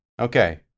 Okay